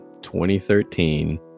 2013